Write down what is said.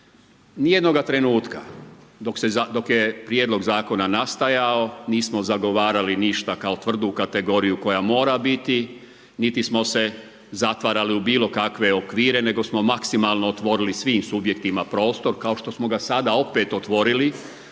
nijednoga trenutka dok je prijedlog zakona nastajao nismo zagovarali ništa kao tvrdu kategoriju koja mora biti niti smo se zatvarali u bilokakve okvire nego smo maksimalno otvorili svim subjektima prostor kao što smo ga sada opet otvorili